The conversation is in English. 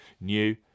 new